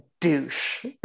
douche